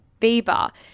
Bieber